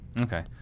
Okay